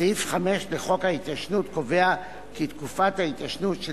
סעיף 5 לחוק ההתיישנות קובע כי תקופת ההתיישנות של